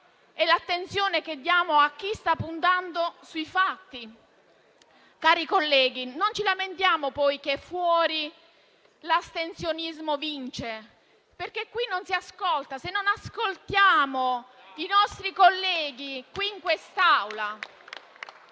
è l'attenzione che diamo a chi sta puntando sui fatti. Cari colleghi, non ci lamentiamo se poi l'astensionismo vince, perché qui non si ascolta. Ripeto: non ascoltiamo i nostri colleghi in quest'Aula.